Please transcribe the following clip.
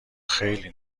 خیلی